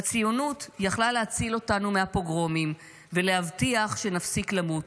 "הציונות יכלה להציל אותנו מהפוגרומים ולהבטיח שנפסיק למות.